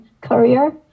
career